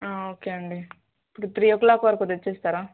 okay అండి ఇప్పుడు three o'clock వరకు తెచ్చి ఇస్తారా